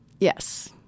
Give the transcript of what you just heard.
Yes